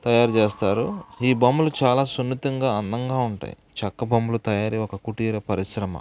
తయారు చేస్తారు ఈ బొమ్మలు చాలా సున్నితంగా అందంగా ఉంటాయి చెక్క బొమ్మల తయారీ ఒక కుటీర పరిశ్రమ